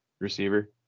receiver